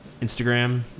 Instagram